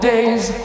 Days